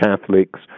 Catholics